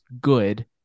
good